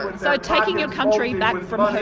so taking your country back from